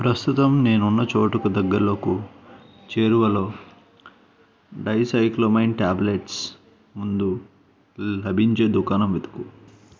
ప్రస్తుతం నేనున్న చోటుకు దగ్గరలోకు చేరువలో డైసైక్లోమైన్ ట్యాబ్లెట్స్ ముందో లభించే దుకాణం వెతుకు